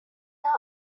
are